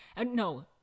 no